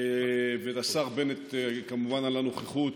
ואת השר בנט, כמובן, על הנוכחות.